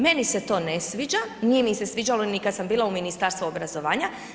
Meni se to ne sviđa, nije mi se sviđalo ni kada sam bila u Ministarstvu obrazovanja.